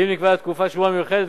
ואם נקבעה תקופת שומה מיוחדת,